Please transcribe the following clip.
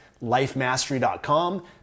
lifemastery.com